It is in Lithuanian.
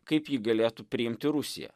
kaip jį galėtų priimti rusiją